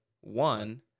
one